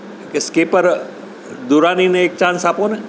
કે સ્કીપર દુરાનીને એક ચાંસ આપો ને